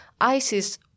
ISIS